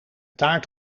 taart